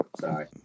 Sorry